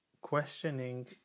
questioning